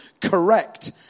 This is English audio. correct